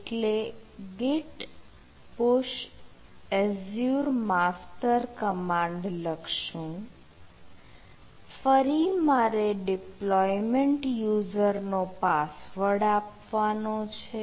એટલે git push azure master command લખશું ફરી મારે ડિપ્લોયમેન્ટ યુઝર નો પાસવર્ડ આપવાનો છે